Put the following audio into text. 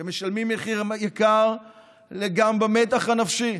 אתם משלמים מחיר יקר גם במתח הנפשי,